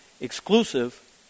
exclusive